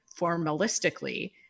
formalistically